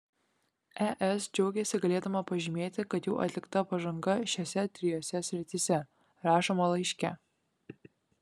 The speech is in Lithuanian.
es džiaugiasi galėdama pažymėti kad jau atlikta pažanga šiose trijose srityse rašoma laiške